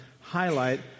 highlight